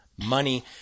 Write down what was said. Money